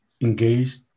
engaged